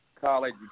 college